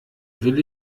will